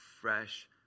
fresh